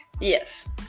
Yes